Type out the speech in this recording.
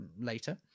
later